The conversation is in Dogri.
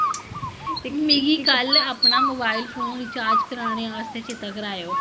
मिगी कल्ल अपना मोबाइल फोन रिचार्ज कराने आस्तै चेता करायो